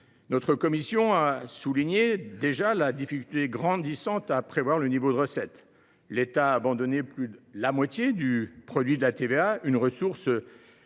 Notre commission a déjà souligné la difficulté grandissante à prévoir le niveau des recettes. L’État a abandonné plus de la moitié du produit de la TVA, une ressource